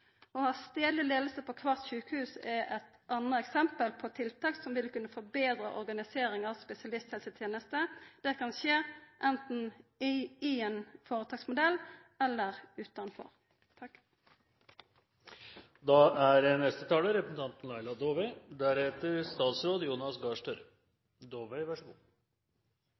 Å ha ei stadleg leiing på kvart sjukehus er eit anna eksempel på tiltak som vil kunna forbetra organiseringa av spesialisthelsetenesta. Det kan skje anten i ein føretaksmodell eller utanfor.